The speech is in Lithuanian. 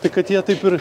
tai kad jie taip ir